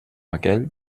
aquell